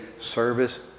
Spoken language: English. service